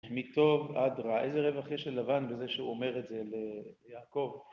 מטוב עד רע. איזה רווח יש ללבן בזה שהוא אומר את זה ליעקב